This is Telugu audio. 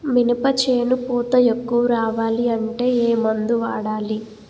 మినప చేను పూత ఎక్కువ రావాలి అంటే ఏమందు వాడాలి?